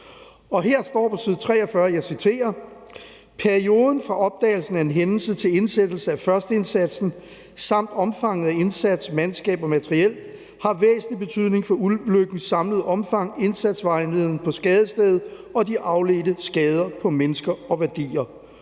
Her står på side 43, og jeg citerer: »Perioden fra opdagelse af en hændelse til indsættelsen af førsteindsatsen samt omfanget af indsat mandskab og materiel har væsentlig betydning for ulykkens samlede omfang, indsatsvarigheden på skadestedet og de afledte skader på mennesker og værdier.«